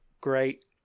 great